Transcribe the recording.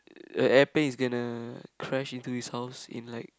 the airplane is gonna crash into his house in like